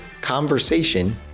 CONVERSATION